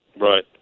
Right